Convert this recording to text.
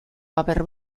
paper